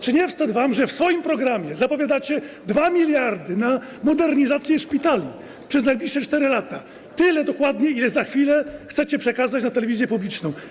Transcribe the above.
Czy nie wstyd wam, że w swoim programie zapowiadacie 2 mld na modernizację szpitali przez najbliższe 4 lata, tyle dokładnie, ile za chwilę chcecie przekazać na telewizję publiczną?